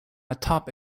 atop